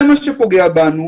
זה מה שפוגע בנו.